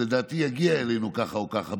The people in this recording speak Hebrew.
שלדעתי יגיע אלינו כך או כך,